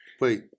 Wait